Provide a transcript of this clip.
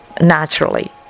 naturally